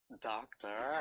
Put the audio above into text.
doctor